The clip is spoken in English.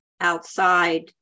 outside